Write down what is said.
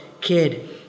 kid